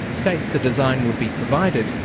states the design would be provided,